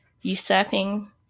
usurping